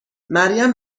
مریم